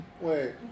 Wait